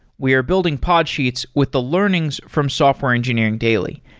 we are building podsheets with the learnings from software engineering daily,